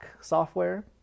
software